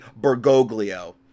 bergoglio